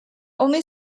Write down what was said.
only